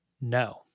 No